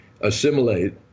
assimilate